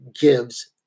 gives